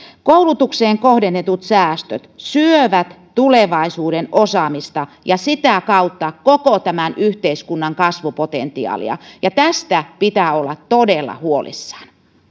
koulutukseen kohdennetut säästöt syövät tulevaisuuden osaamista ja sitä kautta koko tämän yhteiskunnan kasvupotentiaalia ja tästä pitää olla todella huolissaan